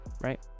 right